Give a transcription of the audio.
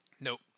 Nope